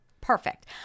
perfect